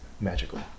magical